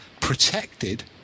protected